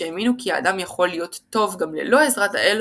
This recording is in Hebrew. שהאמינו כי האדם יכול להיות טוב גם ללא עזרת האל,